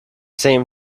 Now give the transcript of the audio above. same